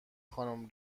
خانم